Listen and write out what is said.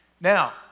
Now